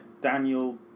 Daniel